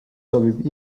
sobib